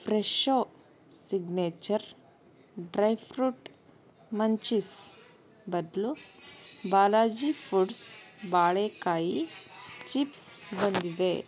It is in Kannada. ಫ್ರೆಶೋ ಸಿಗ್ನೇಚರ್ ಡ್ರೈಫ್ರೂಟ್ ಮಂಚೀಸ್ ಬದಲು ಬಾಲಾಜಿ ಫುಡ್ಸ್ ಬಾಳೇಕಾಯಿ ಚಿಪ್ಸ್ ಬಂದಿದೆ